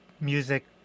music